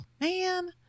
man